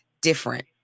different